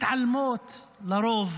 מתעלמות לרוב